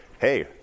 hey